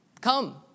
Come